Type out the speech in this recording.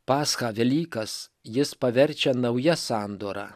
paschą velykas jis paverčia nauja sandora